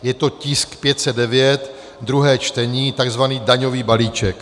Je to tisk 509, druhé čtení, tzv. daňový balíček.